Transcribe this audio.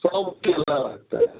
सब केला रखते हैं